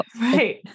right